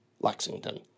Lexington